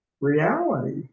reality